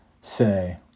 say